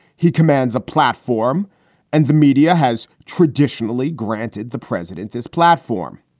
he commands a platform and the media has traditionally granted the president this platform.